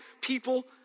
people